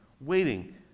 waiting